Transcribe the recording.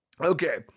Okay